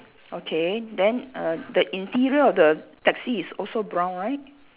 okay then uh the interior of the taxi is also brown right